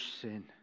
sin